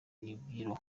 ibiro